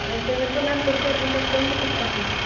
تُہۍ ؤنۍ تو میم تُہۍ چھُ حظ وٕنکٮ۪ن کٕلنِکَس پٮ۪ٹھٕے